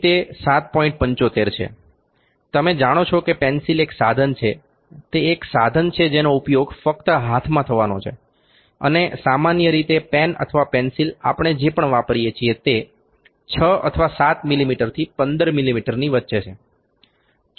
75 છે તમે જાણો છો કે પેન્સિલ એક સાધન છે તે એક સાધન છે જેનો ઉપયોગ ફક્ત હાથમાં થવાનો છે અને સામાન્ય રીતે પેન અથવા પેન્સિલ આપણે જે પણ વાપરીએ છીએ તે 6 અથવા 7 મીમીથી 15 મીમીની વચ્ચે છે